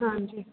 ਹਾਂਜੀ